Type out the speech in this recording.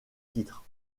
titres